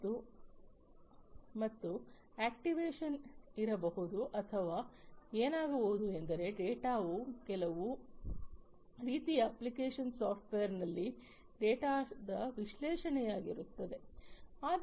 ಮತ್ತು ಆಕ್ಟಿವೇಷನ್ ಇರಬಹುದು ಅಥವಾ ಏನಾಗಬಹುದು ಎಂದರೆ ಡೇಟಾವು ಕೆಲವು ರೀತಿಯ ಅಪ್ಲಿಕೇಶನ್ ಸಾಫ್ಟ್ವೇರ್ನಲ್ಲಿ ಡೇಟಾದ ವಿಶ್ಲೇಷಣೆಯಾಗಿರುತ್ತದೆ